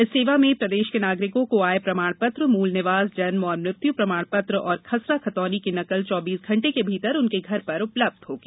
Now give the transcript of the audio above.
इस सेवा में प्रदेश के नागरिकों को आय प्रमाण पत्र मूल निवास जन्म और मृत्यु प्रमाण पत्र और खसरा खतौनी की नकल चौबीस घंटे के भीतर उनके घर पर उपलब्ध होगी